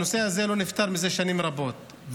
הנושא לא נפתר זה שנים רבות.